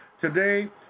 Today